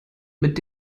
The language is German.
mit